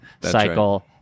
cycle